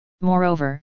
moreover